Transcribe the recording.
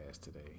today